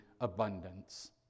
abundance